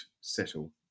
settle